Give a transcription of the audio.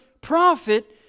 prophet